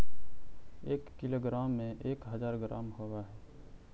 एक किलोग्राम में एक हज़ार ग्राम होव हई